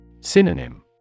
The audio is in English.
Synonym